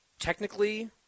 Technically